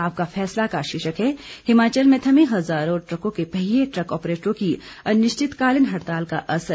आपका फैसला का शीर्षक है हिमाचल में थमे हजारों ट्रकों के पहिए ट्रक आपरेटरों की अनिश्चितकालीन हड़ताल का असर